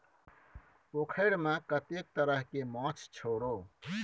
पोखैरमे कतेक तरहके माछ छौ रे?